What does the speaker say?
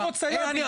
אני רוצה להבין,